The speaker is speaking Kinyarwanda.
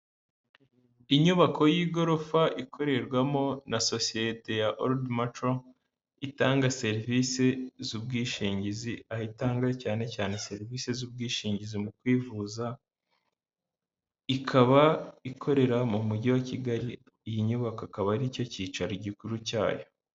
Inyubako y'igorofa ikorerwamo na sosiyete ya Orudi maco itanga serivise z'ubwishingizi, aho itanga cyane cyane serivise z'ubwishingizi mu kwivuza, ikaba ikorera mu Mujyi wa Kigali, iyi nyubako akaba ari cyo cyicaro gikuru cyayo.